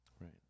Right